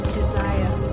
desire